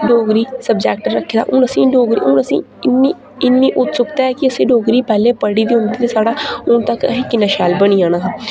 Dogri subject रक्खेआ हून असें ई इन्नी इन्नी उत्सुकता ऐ असें डोगरी पढ़ी दी होंदी साढ़ा असें किन्ने शैल बी जाना हा पैह्ले असें ई